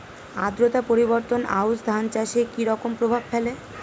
আদ্রতা পরিবর্তন আউশ ধান চাষে কি রকম প্রভাব ফেলে?